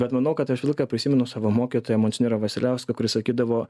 bet manau kad aš visą laiką prisimenu savo mokytoją monsinjorą vasiliauską kuris sakydavo